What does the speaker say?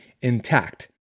intact